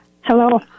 Hello